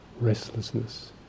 restlessness